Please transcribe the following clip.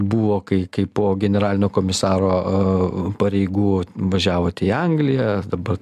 buvo kai kai po generalinio komisaro pareigų važiavote į angliją ar dabar